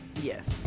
Yes